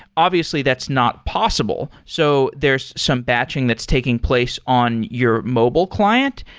obviously that's not possible. so there's some batching that's taking place on your mobile client.